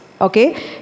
Okay